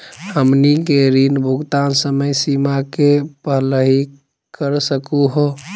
हमनी के ऋण भुगतान समय सीमा के पहलही कर सकू हो?